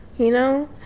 you know?